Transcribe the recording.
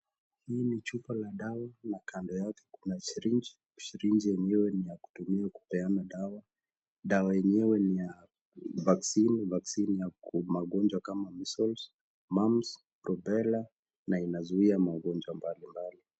Hili ni chupa la dawa na kando yake kuna sirinji, sirinji ambayo niya kutumika kupeana dawa, dawa yenyewe ni ya vaccine, vaccine ya magonjwa kama Measles, Mumphs, Rubella na inazuia magonjwa mbalimbali.